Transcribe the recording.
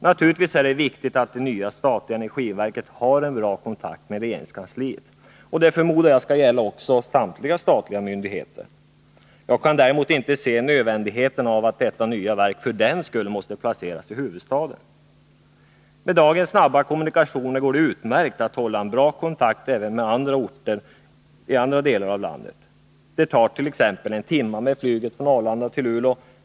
Naturligtvis är det viktigt att det nya statliga energiverket har en bra kontakt med regeringskansliet, och det förmodar jag gäller samtliga statliga myndigheter. Jag kan däremot inte inse att detta nya verk för den skull måste placeras i huvudstaden. Med dagens snabba kommunikationer går det utmärkt att upprätthålla en bra kontakt även med orter i andra delar av landet. Det tar t.ex. en timme med flyget från Arlanda till Luleå.